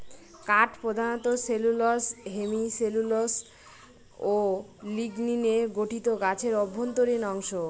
কাঠ প্রধানত cellulose hemicellulose ও লিগনিনে গঠিত গাছের অভ্যন্তরীণ অংশ